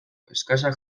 eskasak